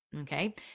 okay